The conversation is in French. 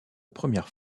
première